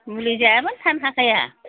मुलि जायाबानो थानो हाखाया